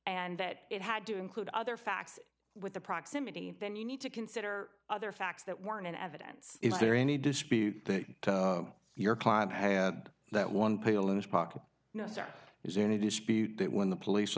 and that it had to include other facts with the proximity then you need to consider other facts that weren't in evidence is there any dispute that your client had that one pail in his pocket no sir there's any dispute that when the police